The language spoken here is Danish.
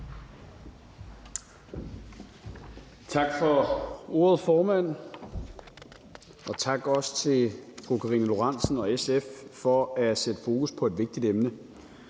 Tak for ordet, formand. Og også tak til fru Karina Lorentzen og SF for at sætte fokus på et vigtigt emne.